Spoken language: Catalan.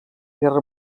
guerra